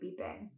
beeping